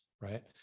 right